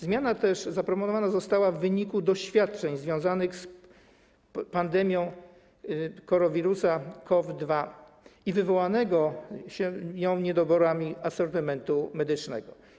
Zmiana też zaproponowana została w wyniku doświadczeń związanych z pandemią koronawirusa SARS-CoV-2 i wywołanymi nią niedoborami asortymentu medycznego.